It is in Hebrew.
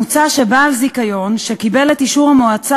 מוצע שבעל זיכיון שקיבל את אישור המועצה